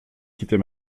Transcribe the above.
quitter